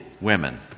women